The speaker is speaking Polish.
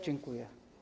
Dziękuję.